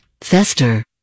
Fester